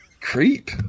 creep